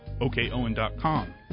OKOwen.com